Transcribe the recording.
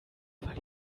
weil